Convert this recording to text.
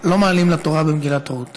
רק לא מעלים לתורה במגילת רות,